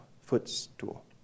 footstool